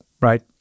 right